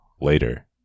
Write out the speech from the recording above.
later